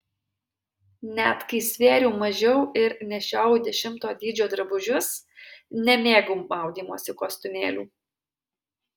net kai svėriau mažiau ir nešiojau dešimto dydžio drabužius nemėgau maudymosi kostiumėlių